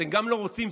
אתם גם לא רוצים,